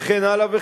וכן הלאה,